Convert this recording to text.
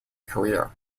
career